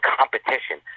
competition